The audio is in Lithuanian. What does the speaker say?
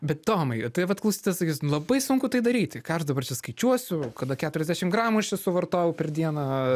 bet tomai tai vat klausytojas sakys nu labai sunku tai daryti ką aš dabar čia skaičiuosiu kada keturiasdešim gramų aš čia suvartojau per dieną